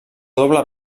doble